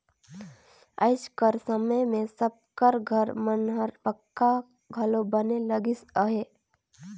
आएज कर समे मे सब कर घर मन हर पक्का घलो बने लगिस अहे